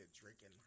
drinking